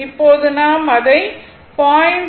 இப்போது நாம் அதை 0